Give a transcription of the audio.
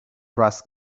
brass